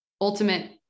ultimate